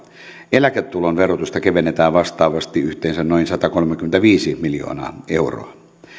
eläketulon verotusta kevennetään vastaavasti yhteensä noin satakolmekymmentäviisi miljoonaa euroa